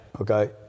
Okay